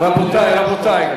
רבותי,